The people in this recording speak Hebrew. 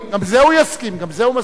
גם זה הוא יסכים, גם זה הוא מסכים.